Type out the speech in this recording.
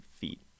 feet